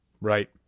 Right